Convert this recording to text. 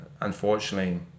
unfortunately